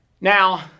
Now